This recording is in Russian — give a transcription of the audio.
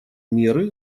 меры